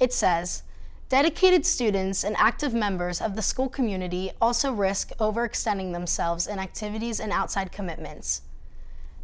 it says dedicated students and active members of the school community also risk over extending themselves and activities and outside commitments